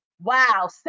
Wow